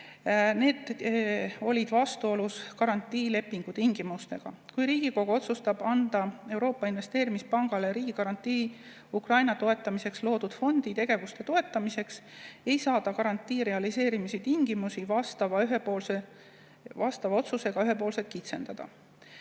need olid vastuolus garantiilepingu tingimustega. Kui Riigikogu otsustab anda Euroopa Investeerimispangale riigigarantii Ukraina toetamiseks loodud fondi tegevuste jaoks, ei saa ta garantii realiseerimise tingimusi vastava otsusega ühepoolselt kitsendada.